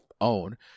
own